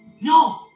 no